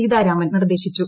സീതാരാമൻ നിർദ്ദേശിച്ചു